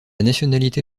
nationalité